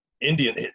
Indian